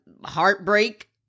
heartbreak